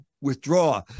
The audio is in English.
withdraw